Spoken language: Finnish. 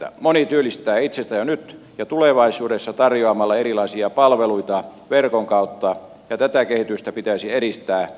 moni työllistää itsensä jo nyt ja tulevaisuudessa tarjoamalla erilaisia palveluita verkon kautta ja tätä kehitystä pitäisi edistää